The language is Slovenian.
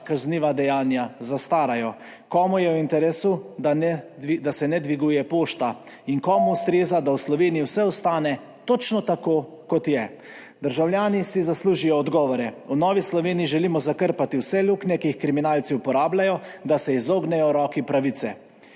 kazniva dejanja zastarajo, komu je v interesu, da se ne dviguje pošta, in komu ustreza, da v Sloveniji vse ostane točno tako, kot je. Državljani si zaslužijo odgovore. V Novi Sloveniji želimo zakrpati vse luknje, ki jih kriminalci uporabljajo, da se izognejo roki pravice.